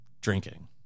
drinking